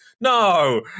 no